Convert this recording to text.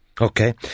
Okay